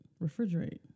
Refrigerate